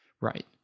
Right